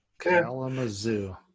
Kalamazoo